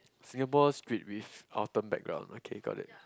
Singapore street with Autumn background okay got it